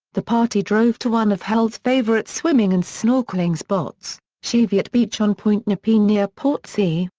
the party drove to one of holt's favourite swimming and snorkelling spots, cheviot beach on point nepean near portsea,